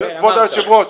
כבוד היושב ראש,